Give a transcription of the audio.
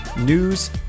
news